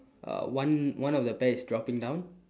uh one one of the pear is dropping down